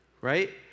right